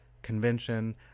Convention